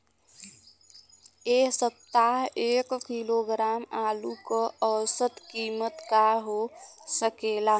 एह सप्ताह एक किलोग्राम आलू क औसत कीमत का हो सकेला?